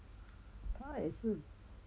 她也是